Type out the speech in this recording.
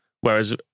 Whereas